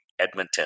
Edmonton